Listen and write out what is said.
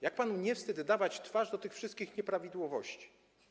Jak panu nie wstyd być twarzą tych wszystkich nieprawidłowości?